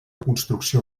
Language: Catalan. construcció